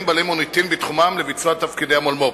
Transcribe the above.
בעלי מוניטין בתחומם לביצוע תפקידי המולמו"פ.